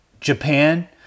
Japan